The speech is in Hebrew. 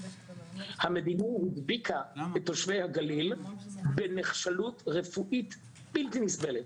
המדינה הדביקה את תושבי הגליל בנחשלות רפואית בלתי נסבלת,